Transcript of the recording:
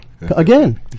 again